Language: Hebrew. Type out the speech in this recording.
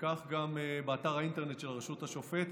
וכך גם אתר האינטרנט של הרשות השופטת,